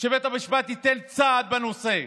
שבית המשפט ייתן סעד בנושא.